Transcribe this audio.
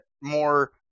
more